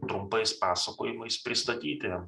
trumpais pasakojimais pristatyti